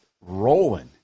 rolling